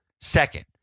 Second